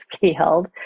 field